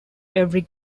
every